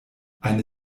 eine